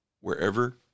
Wherever